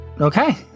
okay